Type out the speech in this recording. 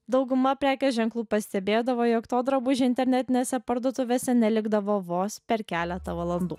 dauguma prekės ženklų pastebėdavo jog to drabužio internetinėse parduotuvėse nelikdavo vos per keletą valandų